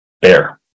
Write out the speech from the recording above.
bear